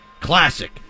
classic